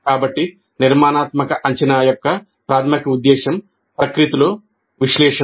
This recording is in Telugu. కాబట్టి నిర్మాణాత్మక అంచనా యొక్క ప్రాధమిక ఉద్దేశ్యం ప్రకృతిలో విశ్లేషణ